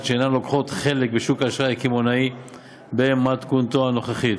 שאינן לוקחות חלק בשוק האשראי הקמעונאי במתכונתו הנוכחית.